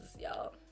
y'all